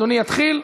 אדוני יתחיל.